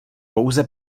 pouze